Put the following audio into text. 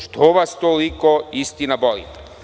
Što vas toliko istina boli?